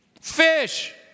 fish